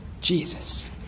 Jesus